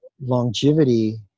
longevity